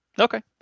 Okay